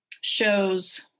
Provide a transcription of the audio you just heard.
shows